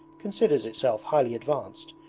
considers itself highly advanced,